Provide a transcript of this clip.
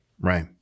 Right